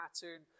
pattern